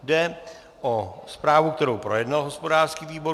Jde o zprávu, kterou projednal hospodářský výbor.